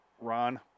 Ron